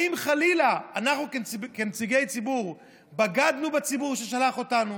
האם חלילה אנחנו כנציגי ציבור בגדנו בציבור ששלח אותנו?